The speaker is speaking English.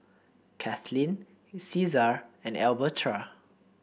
Katlynn Caesar and Elberta